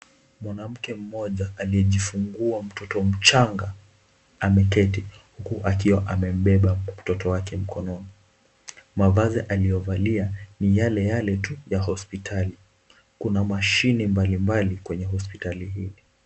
Mwanamke mmoja aliyejifungua mtoto mchanga, ameketi huku akiwa amembeba mtoto wake mkononi. Mvazi aliyovalia ni yale yale tu ya hospitali. Kuna mashini mbalimbali kwenye hospitali hiyo.